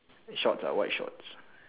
shorts ah white shorts